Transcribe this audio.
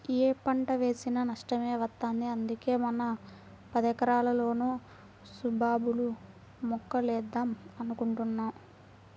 యే పంట వేసినా నష్టమే వత్తంది, అందుకే మన పదెకరాల్లోనూ సుబాబుల్ మొక్కలేద్దాం అనుకుంటున్నా